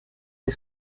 nie